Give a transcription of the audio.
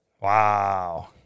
Wow